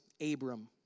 Abram